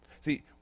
See